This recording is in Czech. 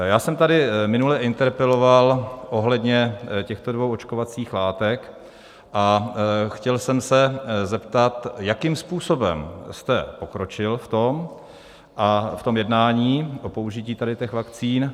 Já jsem tady minule interpeloval ohledně těchto dvou očkovacích látek a chtěl jsem se zeptat, jakým způsobem jste pokročil v jednání o použití tady těch vakcín.